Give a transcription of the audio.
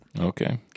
Okay